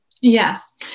Yes